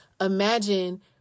Imagine